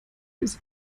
ist